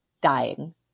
dying